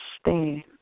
stand